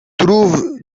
trouvent